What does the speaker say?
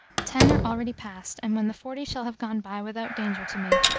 ten are already past and, when the forty shall have gone by without danger to me,